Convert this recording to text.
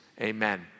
amen